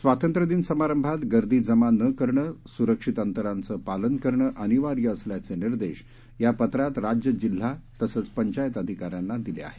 स्वातंत्र्य दिन समारंभात गर्दी जमा न करणं स्रक्षित अंतराचं पालन करणं अनिवार्य असल्याचे निर्देश या पत्रात राज्य जिल्हा तसंच पंचायत अधिकाऱ्यांना दिले आहेत